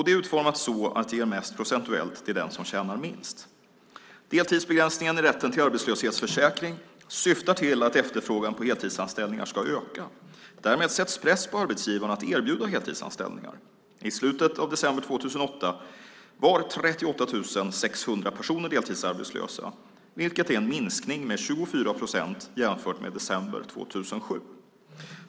Det är utformat så att det ger mest procentuellt till den som tjänar minst. Deltidsbegränsningen i rätten till arbetslöshetsförsäkring syftar till att efterfrågan på heltidsanställningar ska öka. Därmed sätts press på arbetsgivarna att erbjuda heltidsanställningar. I slutet av december 2008 var 38 600 personer deltidsarbetslösa, vilket är en minskning med 24 procent jämfört med december 2007.